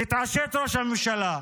תתעשת, ראש הממשלה,